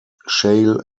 shale